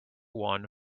won